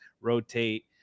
rotate